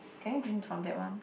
can you drink from that one